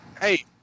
Hey